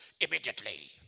immediately